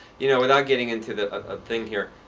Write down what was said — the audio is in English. you know without getting into the a thing here,